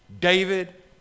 David